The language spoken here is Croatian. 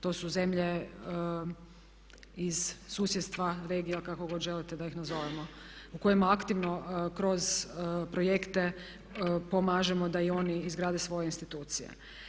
To su zemlje iz susjedstva regija kako god želite da ih nazovemo u kojem aktivno kroz projekte pomažemo da i oni izgrade svoje institucije.